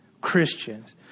Christians